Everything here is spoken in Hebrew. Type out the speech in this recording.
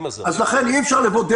יש להבין